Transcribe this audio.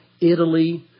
Italy